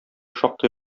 шактый